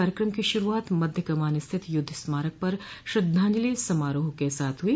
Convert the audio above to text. कार्यक्रम की शुरूआत मध्य कमान स्थित युद्ध स्मारक पर श्रद्धाजंलि समारोह के साथ हुई